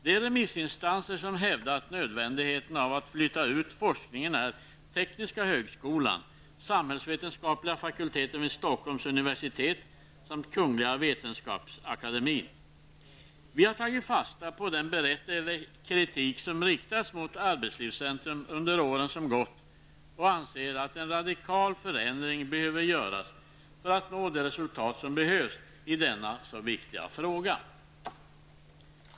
De remissinstanser som hävdat nödvändigheten av att flytta ut forskningen är: Vi har tagit fast på den berättigade kritik som riktats mot arbetslivscentrum under åren som gått och anser att en radikal förändring behöver genomföras för att nå de resultat som behövs i denna så viktiga fråga.